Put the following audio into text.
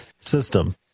system